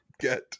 get